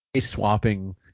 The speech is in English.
swapping